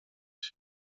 się